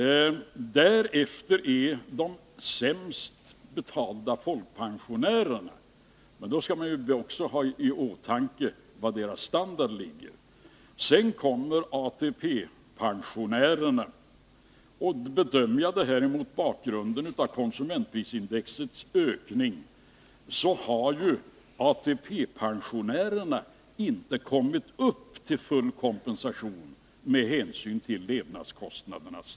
Därefter kommer de sämst betalda folkpensionärerna, men då skall man ha i åtanke att deras standard ligger lägre än de övriga gruppernas. På tredje plats kommer ATP-pensionärerna. Om jag ser till ökningen av konsumentprisindex, har ATP-pensionärerna inte fått full kompensation för de höjda levnadskostnaderna.